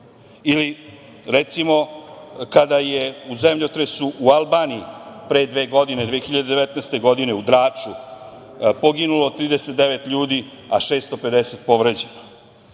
Recimo, kada je u zemljotresu u Albaniji pre dve godine, 2019. godine u Draču poginulo 39 ljudi, a 650 povređeno.